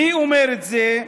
מי אומר את זה?